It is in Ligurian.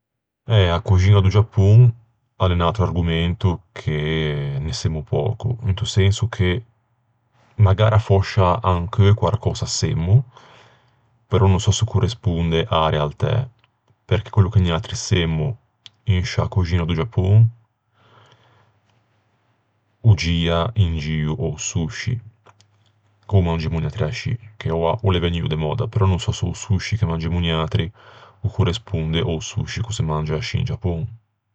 Eh, a coxiña do Giapon o l'é un atro argomento che ne semmo pöco. Into senso che magara fòscia ancheu quarcösa semmo, però no sò s'o corresponde a-a realtæ. Perché quello che niatri semmo in sciâ coxiña do Giapon o gia in gio a-o sushi, ch'ô mangemmo niatri ascì, che oua o l'é vegnuo de mòdda. Però no sò se o sushi che mangemmo niatri o corresponde a-o sushi ch'o se mangia ascì in Giapon.